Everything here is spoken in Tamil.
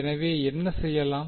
எனவே என்ன செய்யலாம்